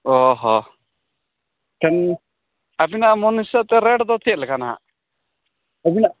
ᱚᱼᱦᱚ ᱟᱵᱤᱱᱟᱜ ᱢᱚᱱ ᱦᱤᱥᱟᱹᱵᱽᱛᱮ ᱨᱮᱹᱴᱫᱚ ᱪᱮᱫᱞᱮᱠᱟ ᱱᱟᱦᱟᱜ ᱟᱵᱤᱱᱟᱜ